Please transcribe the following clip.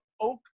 oak